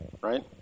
right